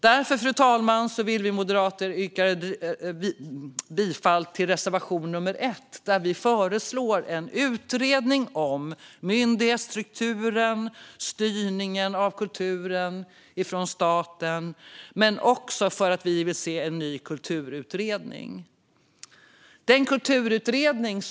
Därför, fru talman, vill vi moderater yrka bifall till reservation nummer 1, där vi föreslår en utredning om myndighetsstrukturen och styrningen av kulturen från staten men också en ny kulturutredning.